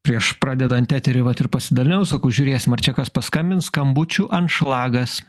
prieš pradedant eterį vat ir pasidalinau sakau žiūrėsim ar čia kas paskambins skambučių anšlagas